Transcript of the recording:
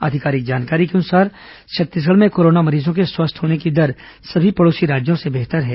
आधिकारिक जानकारी के अनुसार छत्तीसगढ़ में कोरोना मरीजों के स्वस्थ होने की दर सभी पड़ोसी राज्यों से बेहतर है